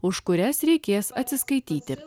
už kurias reikės atsiskaityti